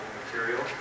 material